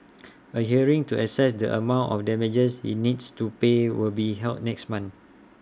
A hearing to assess the amount of damages he needs to pay will be held next month